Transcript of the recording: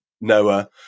Noah